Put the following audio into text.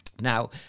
Now